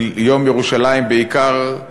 יום ירושלים בעיקר,